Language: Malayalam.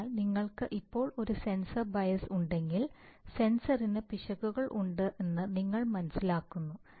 അതിനാൽ നിങ്ങൾക്ക് ഇപ്പോൾ ഒരു സെൻസർ ബയസ് ഉണ്ടെങ്കിൽ സെൻസറിന് പിശകുകൾ ഉണ്ടെന്ന് നിങ്ങൾ മനസ്സിലാക്കുന്നു